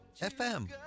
FM